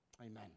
Amen